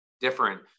different